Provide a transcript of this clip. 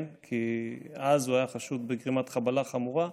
אז הוא היה חשוד בגרימה חבלה חמורה,